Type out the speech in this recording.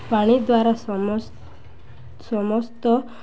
ପାଣି ଦ୍ୱାରା ସମସ୍ତ